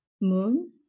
moon